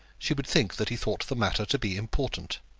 she would think that he thought the matter to be important.